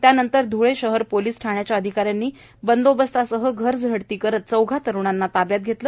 त्यानंतर तत्काळ ध्ळे शहर पोलिस ठाण्याच्या अधिकाऱ्यांनी मोठ्या बंदोबस्तासह घर झडती करीत चौघा तरुणांना ताब्यात घेतले